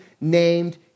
named